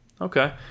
Okay